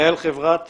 מנהל חברת